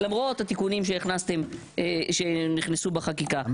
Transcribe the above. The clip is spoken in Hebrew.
למרות התיקונים שנכנסו בחקיקה,